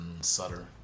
Sutter